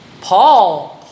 Paul